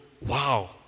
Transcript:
wow